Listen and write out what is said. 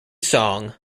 song